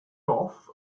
off